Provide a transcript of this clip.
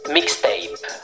Mixtape